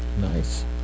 Nice